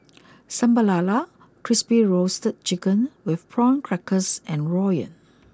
Sambal LaLa Crispy Roasted Chicken with Prawn Crackers and Rawon